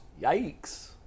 Yikes